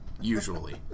usually